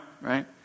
right